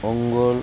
Ongole